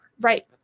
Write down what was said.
Right